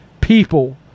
people